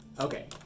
Okay